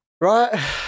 Right